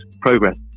progress